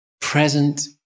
present